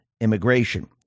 immigration